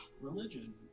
religion